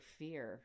fear